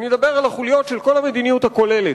אני מדבר על החוליות שמתחברות למדיניות הכוללת.